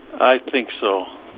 i think so,